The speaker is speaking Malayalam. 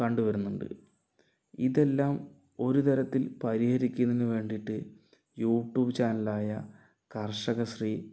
കണ്ട് വരുന്നുണ്ട് ഇതെല്ലാം ഒരു തരത്തിൽ പരിഹരിക്കുന്നതിന് വേണ്ടീട്ട് യൂട്യൂബ് ചാനലായ കർഷകശ്രീ